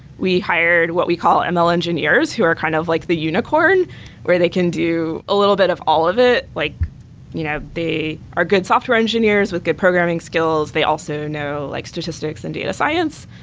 we hired what we call and ml engineers who are kind of like the unicorn where they can do a little bit of all of it, like you know they are good software engineers with good programming skills. they also know like statistics and data science.